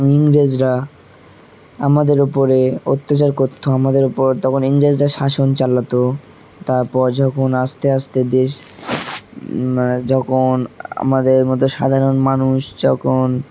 ইংরেজরা আমাদের ওপরে অত্যাচার করতো আমাদের ওপর তখন ইংরেজরা শাসন চালাতো তারপর যখন আস্তে আস্তে দেশ যখন আমাদের মতো সাধারণ মানুষ যখন